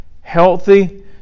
healthy